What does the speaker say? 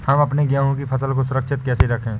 हम अपने गेहूँ की फसल को सुरक्षित कैसे रखें?